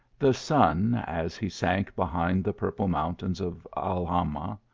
the sun, as he sank behind the purple mountains of alhama,